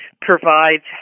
provides